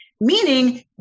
Meaning